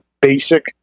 basic